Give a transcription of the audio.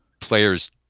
players